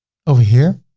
over here